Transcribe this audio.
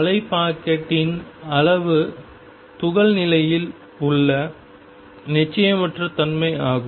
அலை பாக்கெட்டின் அளவு துகள் நிலையில் உள்ள நிச்சயமற்ற தன்மை ஆகும்